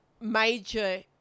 major